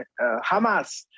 Hamas